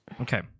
Okay